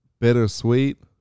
bittersweet